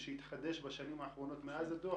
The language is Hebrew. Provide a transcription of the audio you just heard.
שהתחדש בשנים האחרונות מאז הדוח,